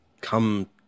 come